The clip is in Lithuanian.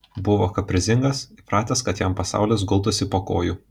buvo kaprizingas įpratęs kad jam pasaulis gultųsi po kojų